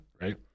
right